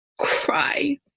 cry